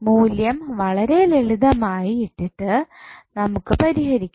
മൂല്യം വളരെ ലളിതമായി ഇട്ടിട്ട് നമുക്ക് പരിഹരിക്കാം